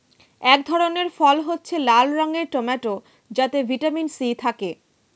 এক ধরনের ফল হচ্ছে লাল রঙের টমেটো যাতে ভিটামিন সি থাকে